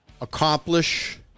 accomplish